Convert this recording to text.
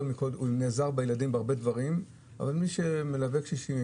הוא נעזר בילדים בהרבה דברים אבל מי שמלווה קשישים,